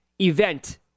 event